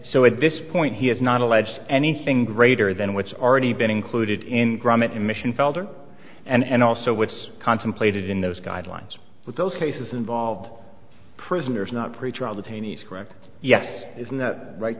so at this point he has not alleged anything greater than which are already been included in gromit emission felder and also what's contemplated in those guidelines with those cases involved prisoners not pretrial detainees correct yes isn't that right